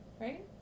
right